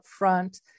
upfront